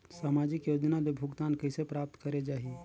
समाजिक योजना ले भुगतान कइसे प्राप्त करे जाहि?